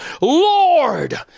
Lord